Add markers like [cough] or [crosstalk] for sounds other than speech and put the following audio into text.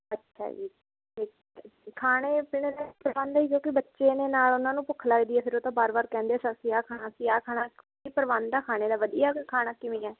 ਅੱਛਾ ਜੀ [unintelligible] ਖਾਣੇ ਪੀਣੇ ਦਾ ਪ੍ਰਬੰਧ ਹੈ ਜੀ ਕਿਉਂਕਿ ਬੱਚੇ ਨੇ ਨਾਲ ਉਹਨਾਂ ਨੂੰ ਭੁੱਖ ਲੱਗਦੀ ਹੈ ਫਿਰ ਉਹ ਤਾਂ ਬਾਰ ਬਾਰ ਕਹਿੰਦੇ ਆ ਅਸੀਂ ਇਹ ਖਾਣਾ ਅਸੀਂ ਇਹ ਖਾਣਾ ਕੀ ਪ੍ਰਬੰਧ ਆ ਖਾਣੇ ਦਾ ਵਧੀਆ ਕ ਖਾਣਾ ਕਿਵੇਂ ਹੈ